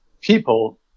people